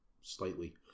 slightly